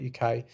uk